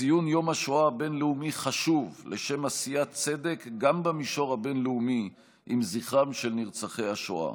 ציון יום השואה הבין-לאומי חשוב לשם עשיית צדק עם זכרם של נרצחי השואה